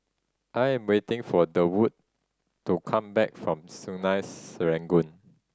I am waiting for Durwood to come back from Sungei Serangoon